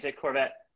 Corvette